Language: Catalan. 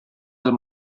del